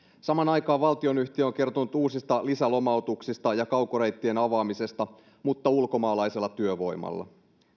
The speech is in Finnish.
samaan aikaan valtionyhtiö on kertonut uusista lisälomautuksista ja kaukoreittien avaamisesta mutta ulkomaalaisella työvoimalla